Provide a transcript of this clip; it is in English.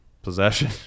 possession